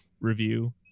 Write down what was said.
review